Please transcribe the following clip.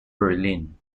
berlin